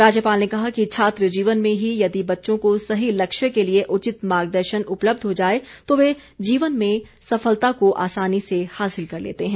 राज्यपाल ने कहा कि छात्र जीवन में ही यदि बच्चों को सही लक्ष्य के लिए उचित मार्गदर्शन उपलब्ध हो जाए तो वे जीवन में सफलता को आसानी से हासिल कर लेते हैं